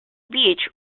beach